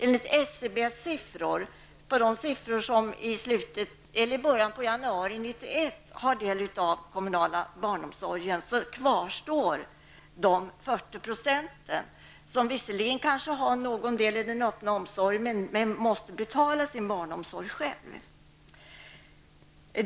Enligt SCBs siffror i början av januari 1991 om hur många som får del av den kommunala barnomsorgen så kvarstår de 40 % som visserligen kanske har någon del av öppen omsorg men som måste betala sin barnomsorg själva.